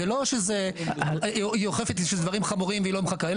לא שהיא אוכפת כשזה דברים חמורים והיא לא מחכה,